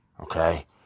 okay